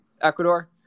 Ecuador